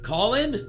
Colin